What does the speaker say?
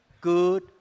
good